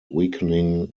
weakening